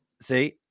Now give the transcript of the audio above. See